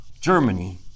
Germany